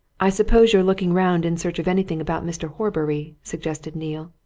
i suppose you're looking round in search of anything about mr. horbury? suggested neale.